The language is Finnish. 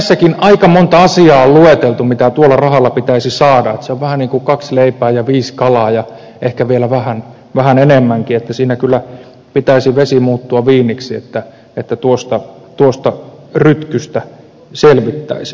näissäkin aika monta asiaa on lueteltu mitä tuolla rahalla pitäisi saada se on vähän niin kuin kaksi leipää ja viisi kalaa ja ehkä vielä vähän enemmänkin niin että siinä kyllä pitäisi veden muuttua viiniksi että tuosta rytkystä selvittäisiin